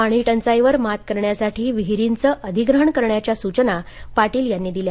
पाणी टंचाई वर मात करण्यासाठी विहीरींचं अधिग्रहण करण्याच्या सूचना पाटील यांनी दिल्या